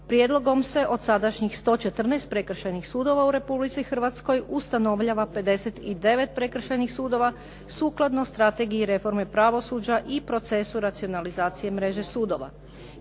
Prijedlogom se od sadašnjih 114 prekršajnih sudova u Republici Hrvatskoj ustanovljava 59 prekršajnih sudova sukladno strategiji reforme pravosuđa i procesu racionalizacije mreže sudova.